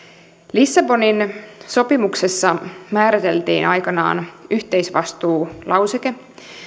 lissabonin sopimuksessa määriteltiin aikanaan yhteisvastuulauseke